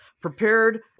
prepared